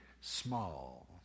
small